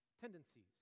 tendencies